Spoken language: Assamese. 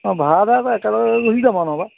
অ ভাৰাতে আকৌ একেবাৰে গুচি যাম আৰু নহ'বা